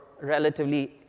relatively